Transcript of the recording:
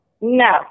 No